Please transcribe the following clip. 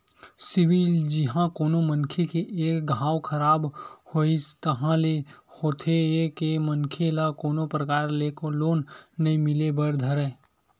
CIBIL जिहाँ कोनो मनखे के एक घांव खराब होइस ताहले होथे ये के मनखे ल कोनो परकार ले लोन नइ मिले बर धरय